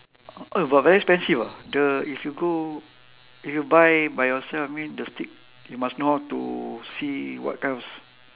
oh but very expensive ah the if you go if you buy by yourself I mean the steak you must know how to see what kind of